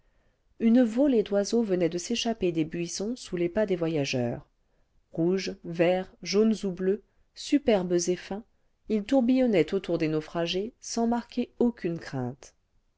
une volée d'oiseaux venait de s'échapper des buissons sous les pas des voyageurs rouges verts jaunes ou bleus superbes et fins ils tourbillonnaient autour des naufragés sans marquer aucune crainte